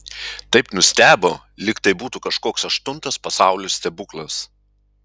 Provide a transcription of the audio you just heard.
taip nustebo lyg tai būtų kažkoks aštuntas pasaulio stebuklas